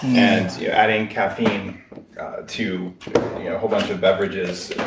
and adding caffeine to whole bunch of beverages,